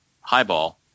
highball